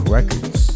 Records